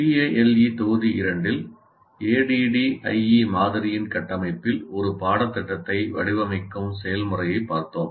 TALE தொகுதி 2 இல் ADDIE மாதிரியின் கட்டமைப்பில் ஒரு பாடத்திட்டத்தை வடிவமைக்கும் செயல்முறையைப் பார்த்தோம்